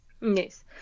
Yes